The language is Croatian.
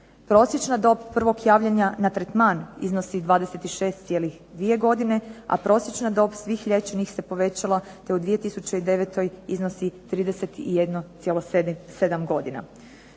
Prosječna dob prvog javljanja na tretman iznosi 26,2 godine, a prosječna dob svih liječenih se povećala te u 2009. iznosi 31,7 godina.